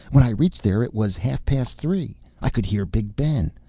when i reached there, it was half past three i could hear big ben.